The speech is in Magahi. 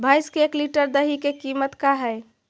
भैंस के एक लीटर दही के कीमत का है?